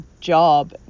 job